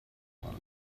warren